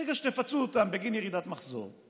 ברגע שתפצו אותם בגין ירידת מחזור,